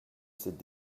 cette